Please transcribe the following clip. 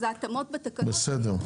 אז ההתאמות בתקנות --- בסדר,